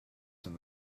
than